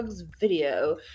Video